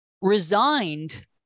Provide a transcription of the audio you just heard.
resigned